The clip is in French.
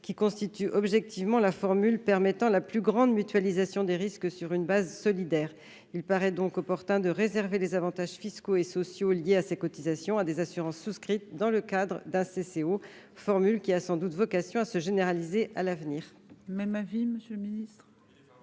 qui constitue objectivement la formule permettant la plus grande mutualisation des risques sur une base solidaire. Il paraît donc opportun de réserver les avantages fiscaux et sociaux liés à ces cotisations, à des assurances souscrites dans le cadre d'un CCO, formule qui a sans doute vocation à se généraliser à l'avenir.